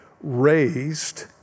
raised